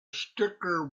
sticker